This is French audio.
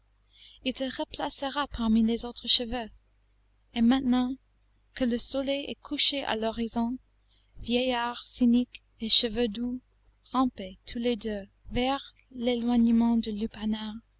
il te replacera parmi les autres cheveux et maintenant que le soleil est couché à l'horizon vieillard cynique et cheveu doux rampez tous les deux vers l'éloignement du lupanar